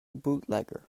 bootlegger